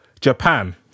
Japan